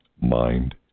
Mind